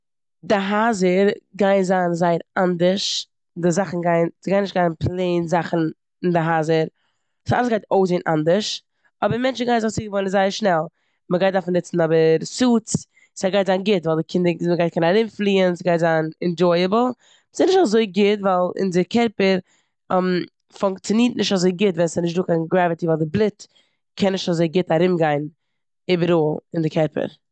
די הייזער גייען זיין זייער אנדערש, די זאכן גייען- זיי גייען נישט גיין פלעין זאכן אין די הייזער סאו אלעס גייט אויסזען אנדערש אבער מענטשן גייען זיך ציגעוואוינען זייער שנעל. מ'גייט דארפן נוצן אבער סוטס. ס'גייט זיין גוט ווייל די קינדער ז-מ'גייט קענען ארומפליען, ס'גייט זיין ענדשויעבל. סינישט אזוי גוט ווייל אונזער קערפער פונקצינירט נישט אזוי גוט ווען ס'איז נישטא קיין גרעוויטי ווייל די בלוט קען נישט אזוי גוט ארומגיין איבעראל אין די קערפער.